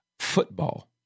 football